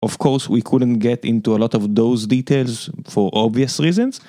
כמובן שלא יכולנו להיכנס לרבים מהפרטים הללו מסיבות ברורות